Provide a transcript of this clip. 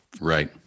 right